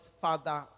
father